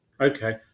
Okay